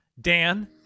Dan